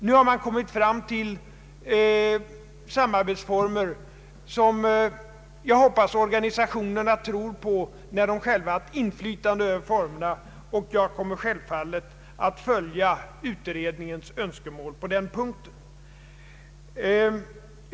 Nu har man kommit fram till samarbetsformer som jag hoppas organisationerna tror på, när de själva haft inflytande över dem. Jag kommer självfallet att följa utredningens önskemål på denna punkt.